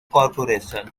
corporation